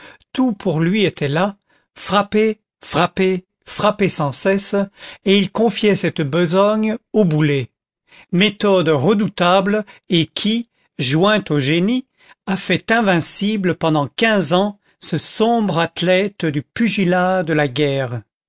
tout pour lui était là frapper frapper frapper sans cesse et il confiait cette besogne au boulet méthode redoutable et qui jointe au génie a fait invincible pendant quinze ans ce sombre athlète du pugilat de la guerre